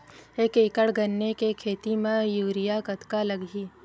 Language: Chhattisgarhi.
एक एकड़ गन्ने के खेती म यूरिया कतका लगही?